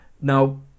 Now